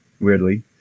weirdly